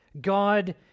God